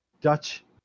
Dutch